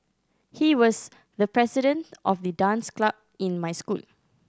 he was the president of the dance club in my school